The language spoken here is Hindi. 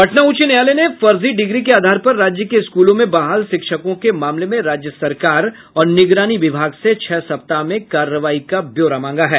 पटना उच्च न्यायालय ने फर्जी डिग्री के आधार पर राज्य के स्कूलों में बहाल शिक्षकों के मामले में राज्य सरकार और निगरानी विभाग से छह सप्ताह में कार्रवाई का ब्यौरा मांगा है